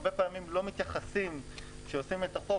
הרבה פעמים כשמחוקקים את החוק,